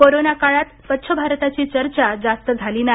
corona काळात स्वच्छ भारताची चर्चा जास्त झाली नाही